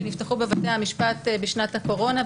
כי נפתחו בבתי המשפט בשנת הקורונה,